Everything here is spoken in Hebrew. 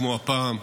כמו הפעם.